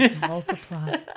Multiply